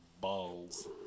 balls